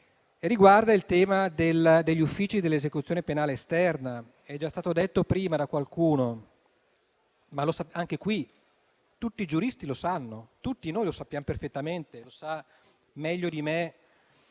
riguarda il tema degli uffici dell'esecuzione penale esterna. È già stato detto prima da qualcuno, ma tutti i giuristi lo sanno, tutti noi lo sappiamo perfettamente e lo sa meglio di me